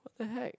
what the heck